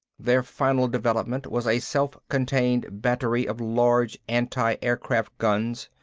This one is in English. their final development was a self-contained battery of large anti-aircraft guns.